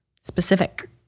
Specific